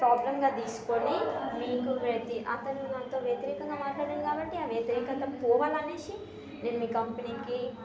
ప్రాబ్లంగా తీసుకొని మీకు పెడితే అతను అంత వ్యతిరేకంగా మాట్లాడాడు కాబట్టి ఆ వ్యతిరేకత పోవాలి అనేసి నేను మీ కంపెనీకి